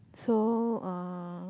so uh